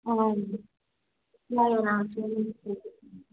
ஆ இல்லை மேம்